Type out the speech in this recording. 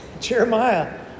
Jeremiah